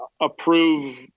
approve